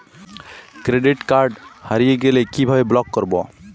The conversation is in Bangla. ক্রেডিট কার্ড হারিয়ে গেলে কি ভাবে ব্লক করবো?